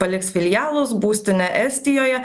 paliks filialus būstinė estijoje